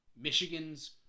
Michigan's